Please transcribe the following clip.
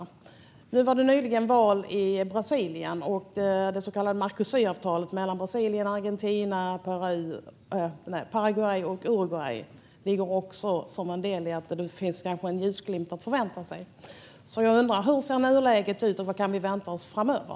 Nyligen var det val i Brasilien, och det så kallade Mercosur mellan Brasilien, Argentina, Paraguay och Uruguay ingår också som en del. Kanske finns det en ljusglimt att förvänta sig. Jag undrar därför hur nuläget ser ut och vad vi kan vänta oss framöver.